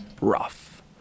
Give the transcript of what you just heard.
rough